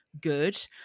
good